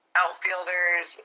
outfielders